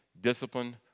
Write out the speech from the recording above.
discipline